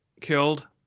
killed